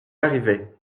arrivait